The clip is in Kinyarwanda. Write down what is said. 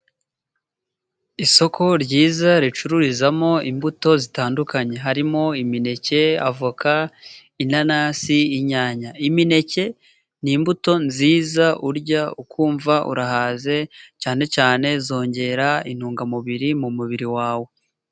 Isoko ryiza ricururizamo imbuto zitandukanye harimo :imineke ,avoka, inanasi, inyanya, imineke ni imbuto nziza urya ukumva urahaze cyane ,zongera intungamubiri mu mubiri wawe.